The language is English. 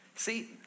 See